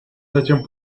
затем